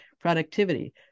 productivity